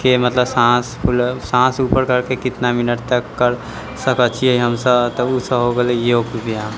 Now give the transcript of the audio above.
मतलब साँस फूलब साँस उपर करिके कतना मिनट तक करि सकै छिए हमसब तऽ ओसब हो गेलै योग व्यायाम